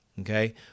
Okay